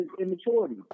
immaturity